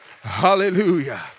Hallelujah